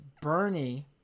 Bernie